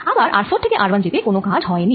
আবার r4 থেকে r1 যেতে কোন কাজ হয়নি